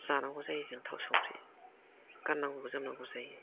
जानांगौ जायो जों थाव संख्रि गाननांगौ जोमनांगौ जायो